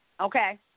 okay